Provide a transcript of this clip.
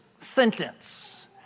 sentence